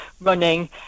running